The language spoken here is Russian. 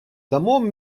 самом